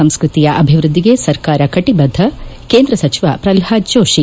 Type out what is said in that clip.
ಸಂಸ್ಕೃತಿಯ ಅಭಿವೃದ್ಧಿಗೆ ಸರ್ಕಾರ ಕಟಬದ್ಧ ಕೇಂದ್ರ ಸಚಿವ ಪ್ರಲ್ನಾದ್ ಜೋಶಿ